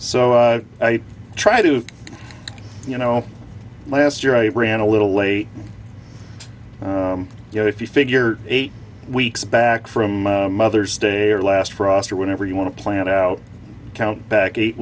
so i try to you know last year i ran a little late you know if you figure eight weeks back from mother's day or last frost or whatever you want to plant out count back eight